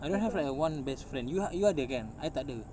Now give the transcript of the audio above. I don't have like a one best friend you ha~ you ada kan I tak ada